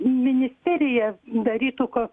ministerija darytų ką